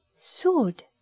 Sword